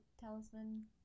talisman